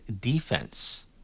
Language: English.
defense